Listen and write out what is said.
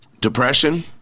Depression